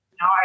No